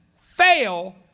fail